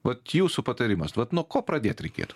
vat jūsų patarimas vat nuo ko pradėt reikėtų